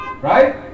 Right